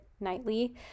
nightly